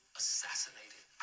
assassinated